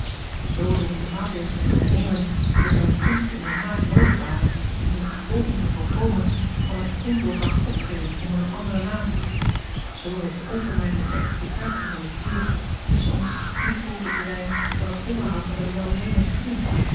zoo heb ik de maatregelen kunnen nemen die er bij uwe komst in den haag noodig waren om de gevolgen te voorkomen van een ondoordacht optreden onder een anderen naam zoo heeft de onvermijdelijke explicatie van dit uur tusschen ons niets behoeven te zijn dan het onderhoud met een welmeenend vriend